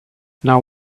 now